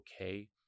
okay